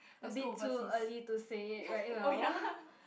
a bit too early to say it right now